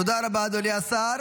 תודה רבה, אדוני השר.